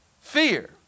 fear